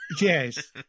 Yes